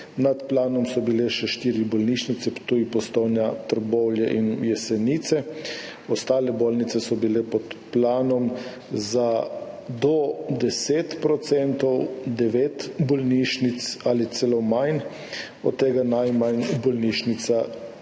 nad planom so bile še štiri bolnišnice, Ptuj, Postojna, Trbovlje in Jesenice. Ostale bolnice so bile pod planom do 10 %, devet bolnišnic celo manj, od tega najmanj bolnišnica